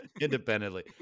independently